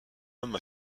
homme